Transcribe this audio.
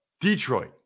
Detroit